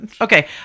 Okay